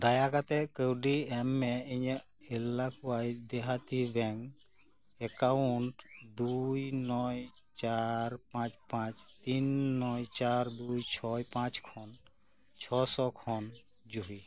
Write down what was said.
ᱫᱟᱭᱟ ᱠᱟᱛᱮᱜ ᱠᱟ ᱣᱰᱤ ᱮᱢ ᱢᱮ ᱤᱧᱟ ᱜ ᱦᱮᱞᱞᱟᱠᱟᱣᱤᱡᱽ ᱫᱮᱦᱟᱛᱤ ᱵᱮᱝᱠ ᱮᱠᱟᱣᱩᱱᱴ ᱫᱩᱭ ᱱᱚᱭ ᱪᱟᱨ ᱯᱟᱸᱪ ᱯᱟᱸᱪ ᱛᱤᱱ ᱱᱚᱭ ᱪᱟᱨ ᱫᱩᱭ ᱪᱷᱚᱭ ᱯᱟᱸᱪ ᱠᱷᱚᱱ ᱪᱷᱚ ᱥᱚ ᱠᱷᱚᱱ ᱡᱩᱦᱤ